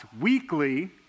weekly